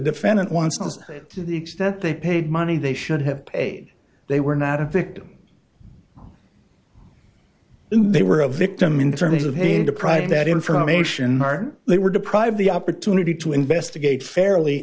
defendant wants us to the extent they paid money they should have paid they were not a victim they were a victim in terms of need to provide that information or they were deprived the opportunity to investigate fairly